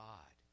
God